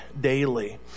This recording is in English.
daily